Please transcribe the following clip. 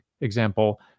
example